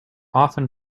often